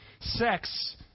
Sex